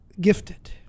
gifted